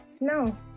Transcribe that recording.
no